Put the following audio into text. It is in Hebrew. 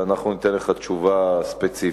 ואנחנו ניתן לך תשובה ספציפית.